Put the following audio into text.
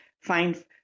find